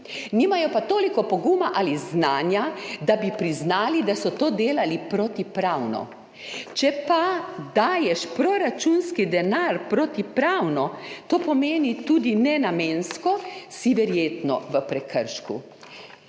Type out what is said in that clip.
Nimajo pa toliko poguma ali znanja, da bi priznali, da so to delali protipravno. Če pa daješ proračunski denar protipravno, to pomeni tudi nenamensko, si verjetno v prekršku.